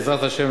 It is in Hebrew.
בעזרת השם,